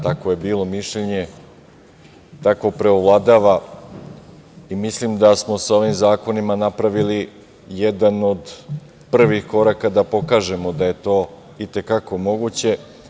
Tako je bilo mišljenje, tako preovladava i mislim da smo sa ovim zakonima napravili jedan od prvih koraka da pokažemo da je to i te kako moguće.